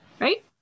right